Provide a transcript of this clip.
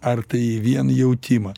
ar tai į vien jautimą